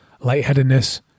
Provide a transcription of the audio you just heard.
lightheadedness